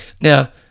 Now